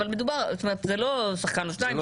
זה לא שחקן או שניים,